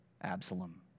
Absalom